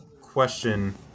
question